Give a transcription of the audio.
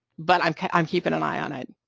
but i'm i'm keeping an eye on it.